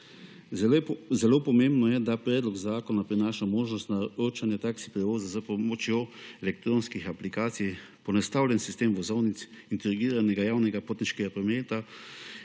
Zelo pomembno je, da predlog zakona prinaša možnost naročanja taksi prevozov z pomočjo elektronskih aplikacij, poenostavljen sistem vozovnic integriranega javnega potniškega prometa